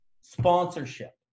Sponsorship